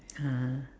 ah